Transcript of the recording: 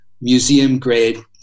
museum-grade